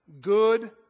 good